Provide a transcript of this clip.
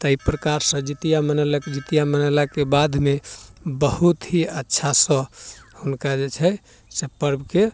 तै प्रकारसँ जितिया मनैलक जितिया मनेलाके बादमे बहुत ही अच्छासँ हुनका जे छै से पर्बके